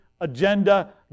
agenda